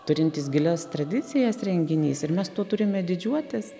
turintis gilias tradicijas renginys ir mes tuo turime didžiuotis